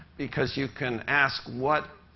because you can ask what